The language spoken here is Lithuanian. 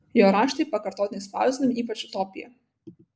jo raštai pakartotinai spausdinami ypač utopija